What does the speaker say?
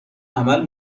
عمل